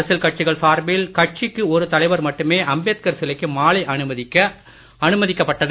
அரசியல் கட்சிகள் சார்பில் கட்சிக்க ஒரு தலைவர் மட்டுமே அம்பேத்கார் சிலைக்கு மாலை அணிவிக்க அனுமதிக்கப் பட்டது